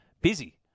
busy